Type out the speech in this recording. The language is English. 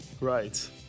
right